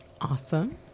Awesome